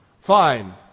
Fine